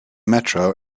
metro